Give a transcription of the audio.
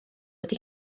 wedi